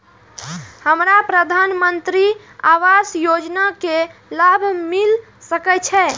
हमरा प्रधानमंत्री आवास योजना के लाभ मिल सके छे?